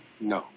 no